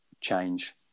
change